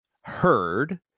heard